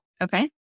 Okay